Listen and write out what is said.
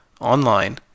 online